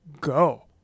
go